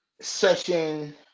session